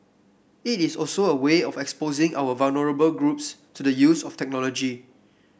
it is also a way of exposing our vulnerable groups to the use of technology